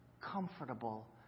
comfortable